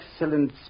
excellent